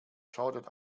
shouted